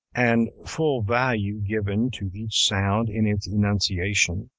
and full value given to each sound in its enunciation,